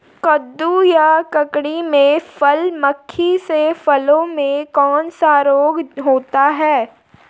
कद्दू या ककड़ी में फल मक्खी से फलों में कौन सा रोग होता है?